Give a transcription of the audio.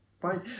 fine